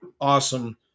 awesome